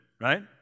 right